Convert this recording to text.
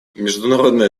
международное